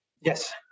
Yes